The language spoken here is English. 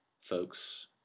folks